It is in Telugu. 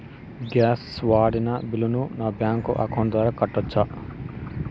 గ్యాస్ వాడిన బిల్లును నా బ్యాంకు అకౌంట్ ద్వారా కట్టొచ్చా?